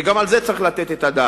וגם על זה צריך לתת את הדעת,